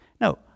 No